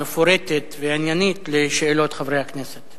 מפורטת ועניינית על שאלות חברי הכנסת.